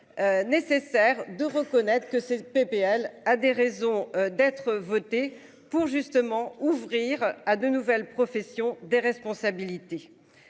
Nécessaire de reconnaître que ces PPL a des raisons d'être voté pour justement ouvrir à de nouvelles professions des responsabilités.